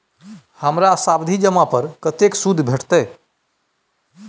हमर सावधि जमा पर कतेक सूद भेटलै?